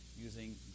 using